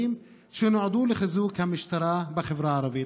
שנועדו לחיזוק המשטרה בחברה הערבית".